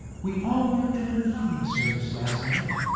we all went to an evening service last night.